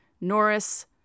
Norris